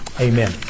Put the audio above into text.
Amen